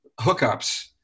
hookups